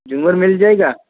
झूमर मिल जाएगा